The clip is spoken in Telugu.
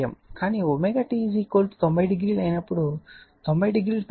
కానీ ω t 900 అయినప్పుడు 90 డిగ్రీలు ప్రతిక్షేపిస్తే అప్పుడు V 0 అవుతుంది